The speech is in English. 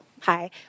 Hi